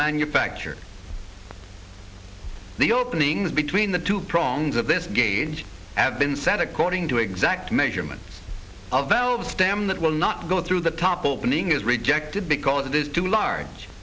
manufacture the openings between the two prongs of this gauge have been set according to exact measurements of valve stem that will not go through the top opening is rejected because it is too large